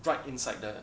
right inside the